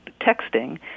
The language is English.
texting